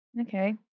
Okay